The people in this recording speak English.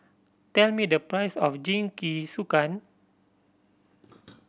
tell me the price of Jingisukan